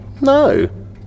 No